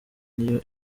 niyo